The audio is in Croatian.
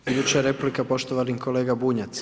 Iduća replika, poštovani kolega Bunjac.